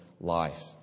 life